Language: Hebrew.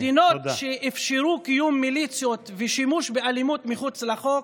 מדינות שאפשרו קיום מיליציות ושימוש באלימות מחוץ לחוק,